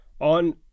on